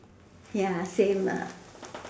ya same